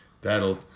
that'll